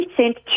sent